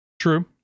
True